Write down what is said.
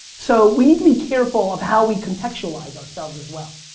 so we need to be careful of how we contextualize ourselves as well.